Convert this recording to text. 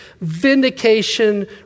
vindication